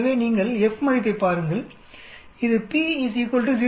எனவே நீங்கள் F மதிப்பைப் பாருங்கள் இது p 0